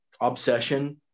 obsession